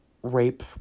rape